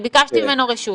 אני ביקשתי ממנו רשות.